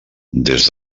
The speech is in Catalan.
des